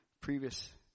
previous